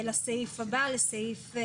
תקנה 9א. אנחנו בסעיף 7,